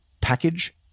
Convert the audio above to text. package